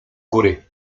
góry